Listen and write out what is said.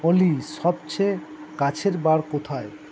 অলি সবচেয়ে কাছের বার কোথায়